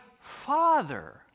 father